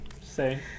say